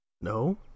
No